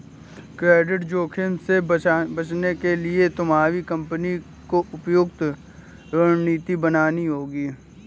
credit जोखिम से बचने के लिए तुम्हारी कंपनी को उपयुक्त रणनीति बनानी होगी